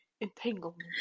entanglement